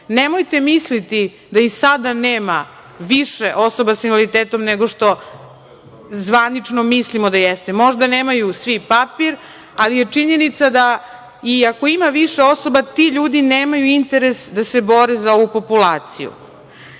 nemojte misliti da i sada nema više osoba sa invaliditetom nego što zvanično mislimo da jeste. Možda nemaju svi papir, ali je činjenica da iako ima više osoba, ti ljudi nemaju interes da se bore za ovu populaciju.